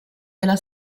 della